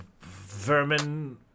vermin